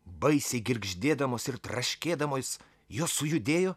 baisiai girgždėdamos ir traškėdamos jos sujudėjo